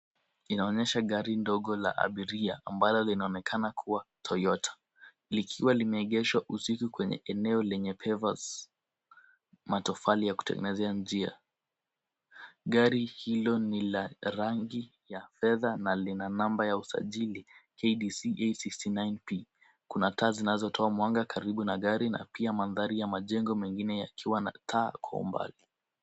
Inaonyesha gari ndogo la abiria amabalo linaonekana kuwa Toyota, likiwa limeegeshwa vizuri kwenye eneo lenye pavers , matofali ya kutengenezea njia. Gari hilo ni la rangi ya fedha na lina namba ya usajili KDC 869P. Kuna taa zinazotoa mwanga karibu na gari, na pia mandhari ya majengo mengine yakiwa na taa kwa umbali.